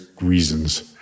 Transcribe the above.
reasons